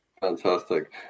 fantastic